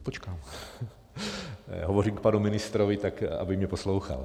Já hovořím k panu ministrovi, tak aby mě poslouchal.